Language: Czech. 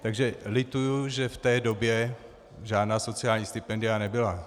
Takže lituji, že v té době žádná sociální stipendia nebyla.